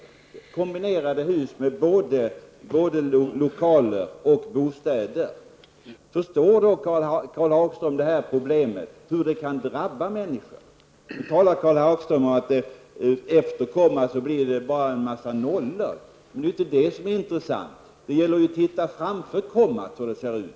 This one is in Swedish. Det gäller alltså hus med kombinerat lokaler och bostäder. Förstår då Karl Hagström att det här kan drabba människor? Karl Hagström sade att det efter kommat bara blir en mängd nollor, men det är ju inte det som är intressant. Det gäller ju att titta framför kommat.